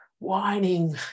whining